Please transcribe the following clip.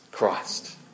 Christ